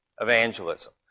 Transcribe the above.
evangelism